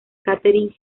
katherine